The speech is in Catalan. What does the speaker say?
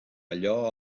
allò